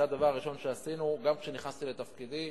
זה הדבר הראשון שעשינו כשנכנסתי לתפקידי,